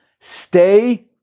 stay